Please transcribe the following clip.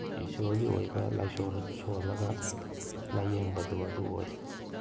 ꯏꯁꯣꯔꯒꯤ ꯑꯣꯏꯕ ꯂꯥꯏꯁꯣꯟ ꯁꯣꯜꯂꯒ ꯂꯥꯏꯌꯦꯡꯕꯗꯣ ꯑꯗꯨ ꯑꯣꯏ